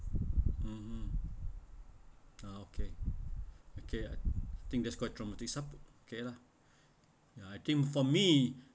(uh huh) uh okay okay I think that's quite traumatic some~ okay lah uh I think for me